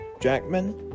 Jackman